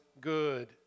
good